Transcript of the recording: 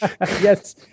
Yes